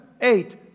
eight